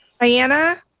Diana